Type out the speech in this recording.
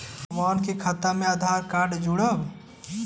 हमन के खाता मे आधार कार्ड जोड़ब?